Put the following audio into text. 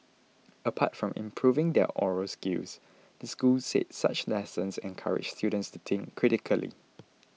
apart from improving their oral skills the school said such lessons encourage students to think critically